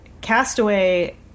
castaway